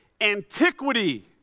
antiquity